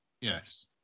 yes